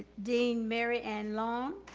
dean mary ann laun.